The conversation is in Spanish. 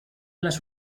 las